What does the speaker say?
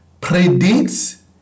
predicts